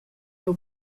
jeu